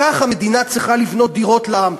כך המדינה צריכה לבנות דירות לעם.